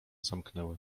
zamknęły